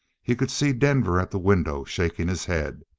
he could see denver at the window shaking his head.